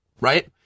Right